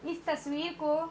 اس تصویر کو